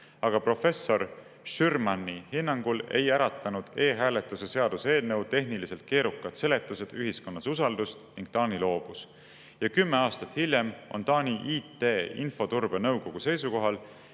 Aga professor Schürmanni hinnangul ei äratanud e-hääletuse seaduseelnõu tehniliselt keerukad seletused ühiskonnas usaldust ning Taani loobus. Ja ka kümme aastat hiljem on Taani IT Infoturbenõukogu seisukohal,